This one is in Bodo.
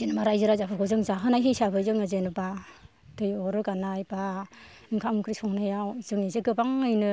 जेनबा राज्यो राजाफोरखौ जों जाहोनाय हिसाबै जोङो जेनबा दै अर रोगानाय बा ओंखाम ओंख्रि संनायाव जों एसे गोबाङैनो